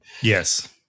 Yes